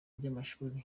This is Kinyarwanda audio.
by’amashuri